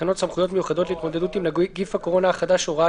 תקנות סמכויות מיוחדות להתמודדות עם נגיף הקורונה החדש (הוראת